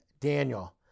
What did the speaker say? Daniel